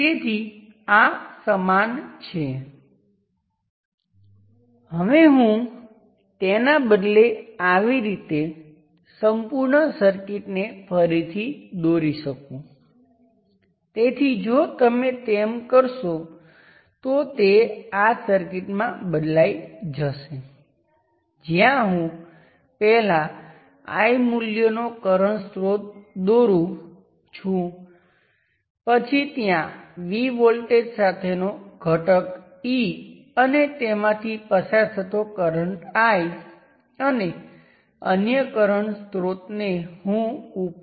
તેથી હું short circuit સાથે 1 1 પ્રાઇમ સમાપ્ત કરું છું અને શોર્ટ સર્કિટમાં 1 થી 1 પ્રાઇમ સુધી જતી યોગ્ય દિશામાં કરંટને માપું છું જે મને શોર્ટ સર્કિટ કરંટ અથવા નોર્ટન કરંટ આપે છે